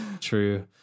True